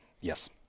Yes